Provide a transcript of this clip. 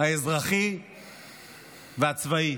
האזרחי והצבאי.